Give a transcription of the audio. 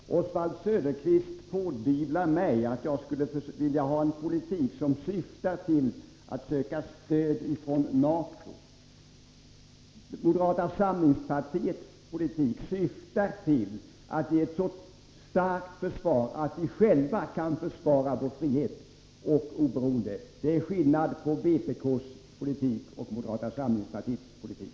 Herr talman! Oswald Söderqvist pådyvlar mig att jag skulle vilja ha en politik som syftar till att söka stöd från NATO. Moderata samlingspartiets politik syftar till att ge ett så starkt försvar att vi själva kan försvara vår frihet och vårt oberoende. Det är skillnad på vpk:s politik och moderata samlingspartiets politik.